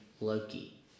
Loki